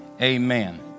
Amen